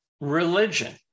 religion